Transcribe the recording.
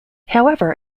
however